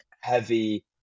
heavy